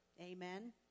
Amen